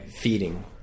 feeding